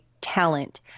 talent